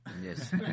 Yes